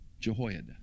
Jehoiada